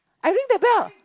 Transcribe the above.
I ring the bell